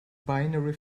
binary